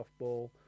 softball